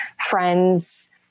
friends